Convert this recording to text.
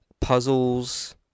Puzzles